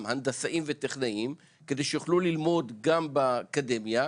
הנדסאים וטכנאים כדי שיוכלו ללמוד גם באקדמיה.